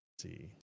See